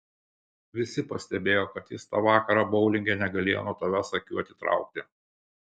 visi pastebėjo kad jis tą vakarą boulinge negalėjo nuo tavęs akių atitraukti